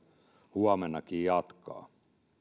huomennakin jatkaa